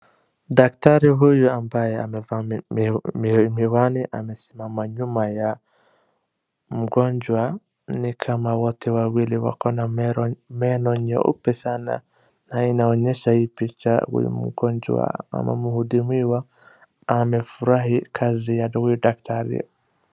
Daktari huyu ambaye amevaa miwani amesimama nyuma ya mgonjwa, ni kama wote wawili wako na meno nyeupe sana, na inaonyesha hii picha huyu mgonjwa ama mhudumiwa, amefurahi kazi ya huyu daktari.